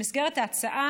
במסגרת ההצעה,